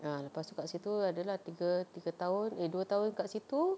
ah lepas tu kat situ ada lah tiga tiga tahun eh dua tahun kat situ